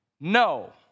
No